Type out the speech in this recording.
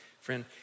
friend